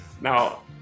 Now